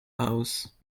house